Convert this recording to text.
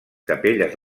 capelles